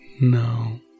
No